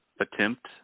attempt